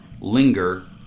linger